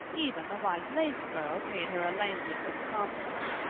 even the white-lace girl paid her a languid little compliment.